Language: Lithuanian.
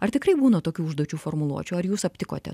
ar tikrai būna tokių užduočių formuluočių ar jūs aptikote